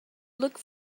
look